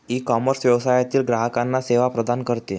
ecommerce व्यवसायातील ग्राहकांना सेवा प्रदान करते